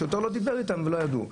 השלטון לא דיבר איתם ולא ידעו.